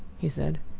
he said.